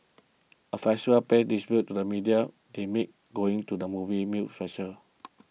a festivals pay dispute to the medium they make going to the movies meal special